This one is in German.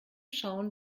schauen